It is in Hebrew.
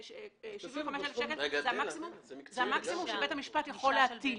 הסכום הוא 75,000 שקלים וזה המקסימום שבית המשפט יכול להטיל.